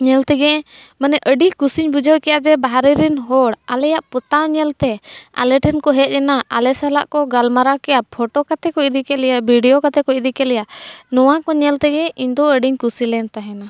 ᱧᱮᱞ ᱛᱮᱜᱮ ᱢᱟᱱᱮ ᱟᱹᱰᱤ ᱠᱩᱥᱤᱧ ᱵᱩᱡᱷᱟᱹᱣ ᱠᱮᱜᱼᱟ ᱡᱮ ᱵᱟᱦᱨᱮ ᱨᱮᱱ ᱦᱚᱲ ᱟᱞᱮᱭᱟᱜ ᱯᱚᱛᱟᱣ ᱧᱮᱞᱛᱮ ᱟᱞᱮ ᱴᱷᱮᱱ ᱠᱚ ᱦᱮᱡᱞᱮᱱᱟ ᱟᱞᱮ ᱥᱟᱞᱟᱜ ᱠᱚ ᱜᱟᱞᱢᱟᱨᱟᱣ ᱠᱮᱜᱼᱟ ᱯᱷᱳᱴᱳ ᱠᱟᱛᱮ ᱠᱚ ᱤᱫᱤ ᱠᱮᱫ ᱞᱮᱭᱟ ᱵᱷᱤᱰᱤᱭᱳ ᱠᱟᱛᱮ ᱠᱚ ᱤᱫᱤ ᱠᱮᱜ ᱞᱮᱭᱟ ᱱᱚᱣᱟ ᱠᱚ ᱧᱮᱞ ᱛᱮᱜᱮ ᱤᱧ ᱫᱚ ᱟᱹᱰᱤᱧ ᱠᱩᱥᱤᱞᱮᱱ ᱛᱟᱦᱮᱱᱟ